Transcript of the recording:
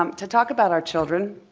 um to talk about our children,